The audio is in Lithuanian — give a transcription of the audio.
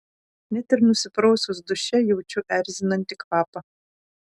net ir nusiprausus duše jaučiu erzinantį kvapą